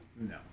no